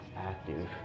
Active